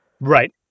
Right